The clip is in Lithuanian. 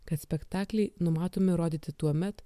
kad spektakliai numatomi rodyti tuomet